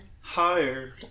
Higher